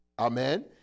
Amen